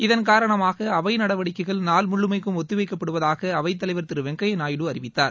இதன்காரணமாக அவை நடவடிக்கைகள் நாள் முழுமைக்கும் ஒத்திவைக்கப்படுவதாக அவைத் தலைவர் திரு வெங்கய்யா நாயுடு அறிவித்தார்